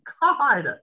God